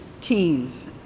teens